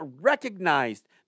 recognized